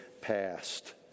passed